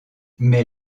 mais